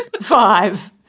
Five